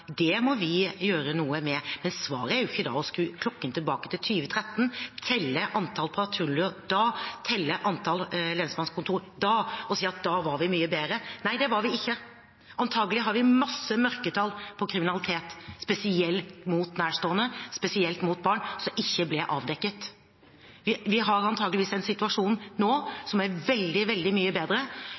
Det må vi gjøre noe med, men svaret er ikke da å skru klokken tilbake til 2013, telle antall patruljer da og telle antall lensmannskontorer da, og si at da var vi mye bedre. Nei, det var vi ikke. Antageligvis var det store mørketall når det gjaldt kriminalitet, spesielt kriminalitet begått mot nærstående og mot barn, kriminalitet som ikke ble avdekket. Vi har antageligvis en situasjon nå som er veldig mye bedre,